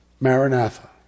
Maranatha